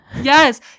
Yes